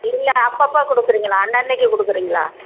இல்லை அப்பப்போ கொடுக்கறீங்களா அன்னன்றைக்கு கொடுக்கறீங்களா